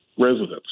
residents